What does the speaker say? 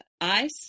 ice